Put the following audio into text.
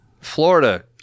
Florida